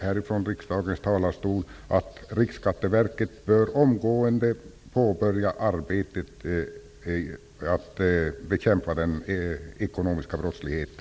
härifrån riksdagens talarstol säga att Riksskatteverket omgående bör påbörja arbetet med att bekämpa den ekonomiska brottsligheten.